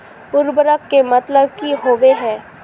उर्वरक के मतलब की होबे है?